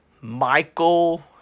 Michael